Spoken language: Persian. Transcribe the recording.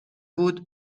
بود